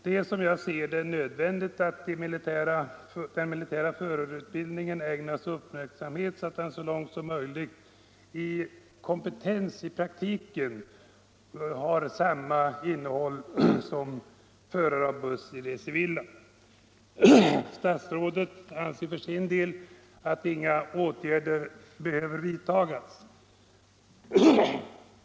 Det är som jag ser det nödvändigt att den militära förarutbildningen ägnas uppmärksamhet, så att den så långt som möjligt i praktiken ger samma kompetens som krävs av förare av buss i det civila. Statsrådet anser för sin del att inga åtgärder behöver vidtagas.